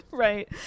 Right